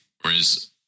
Whereas